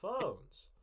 phones